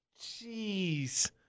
jeez